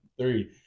three